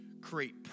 create